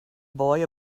boy